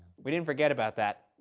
we didn't forget about that.